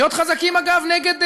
להיות חזקים, אגב, נגד,